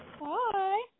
Bye